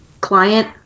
client